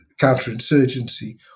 counterinsurgency